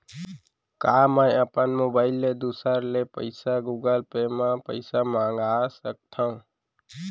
का मैं अपन मोबाइल ले दूसर ले पइसा गूगल पे म पइसा मंगा सकथव?